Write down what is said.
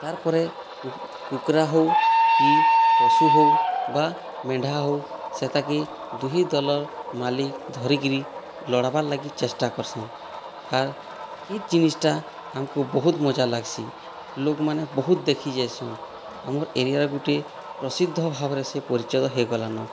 ତାର୍ ପରେ କୁକୁରା ହେଉ କି ପଶୁ ହେଉ ବା ମେଣ୍ଢା ହେଉ ସେତାକି ଦୁହି ଦଲର୍ ମାଲିକ୍ ଧରିକିରି ଲଢ଼ବା ଲାଗି ଚେଷ୍ଟା କରସନ ଆର୍ ଇକ୍ ଜିନିଷ୍ଟା ଆମକୁ ବହୁତ ମଜା ଲାଗ୍ସି ଲୋଗମାନେ ବହୁତ ଦେଖି ଯାଇସନ ଆମର୍ ଏରିଆର ଗୋଟିଏ ପ୍ରସିଦ୍ଧ ଭାବରେ ସେ ପରିଚୟ ହୋଇଗଲାନ